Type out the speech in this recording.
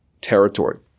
territory